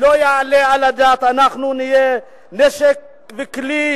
לא יעלה על הדעת שאנחנו נהיה נשק וכלי